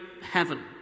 heaven